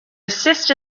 assist